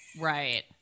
right